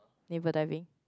naval diving